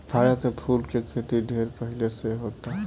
भारत में फूल के खेती ढेर पहिले से होता